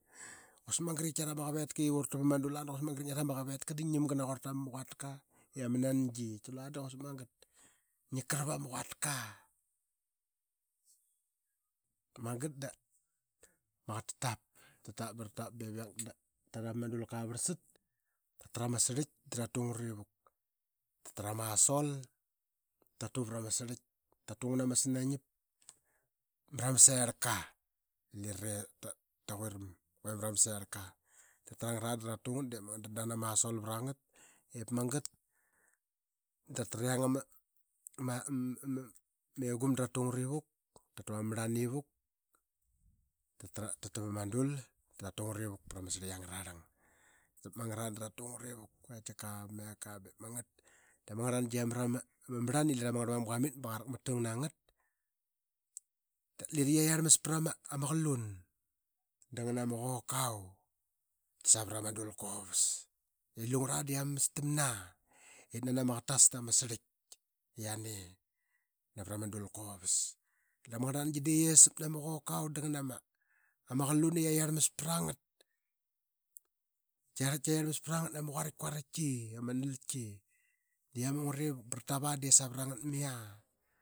i vet da qurla ngia nam ga na quarl tama quata. Meka lena de quasik magat kati i diip ngia krap ma quatka. Magat dama qaqet a tatap ama dulka ba ip parlsat da ra trama sirlik da ra tungat i muk, ama sol da ra tu ngat ivuk pra ma sirlik. Tatu ngana ma snaingiap mra maserlka diip magat da ma sol da ngana yiang ama egum da magal da sa get ama marlan dep magat da ra tav ama dul saravanu savra ma sirlik angar ngar. Diip magat da qatika yia tu nagat ba yia ti ngat ip de magat da qiatit ta ma marlan i la ma ngarlmamga qarak matam ngat. Dalira yia yiarmas prama qalung da yase da ngana ba yokav savra ma dulka uvas. Lungura de ama mestana ip nani ama qaqet tatas ta ma sirlik yiani navra ma dulka. Da ma ngrlnangi de qi esap nama qokau da ngana ma qalun i qi yarl mas prangat qi yarl mas prnagat nama quaritk kuariiki ama naltki da qi amu ngrivuk ba ratava de savangat mia.